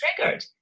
triggered